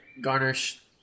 garnish